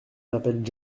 m’appelle